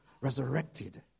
resurrected